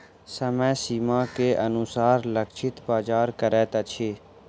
समय सीमा के अनुसार लक्षित बाजार करैत अछि